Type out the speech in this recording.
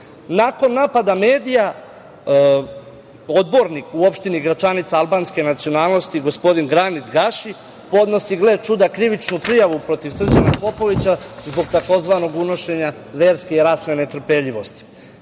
bio. Nakon napada medija, odbornik u opštini Gračanica albanske nacionalnosti, gospodin Granit Gaši podnosi gle čuda krivičnu prijavu protiv Srđana Popovića zbog tzv. unošenja verske i rasne netrpeljivosti. Sinoć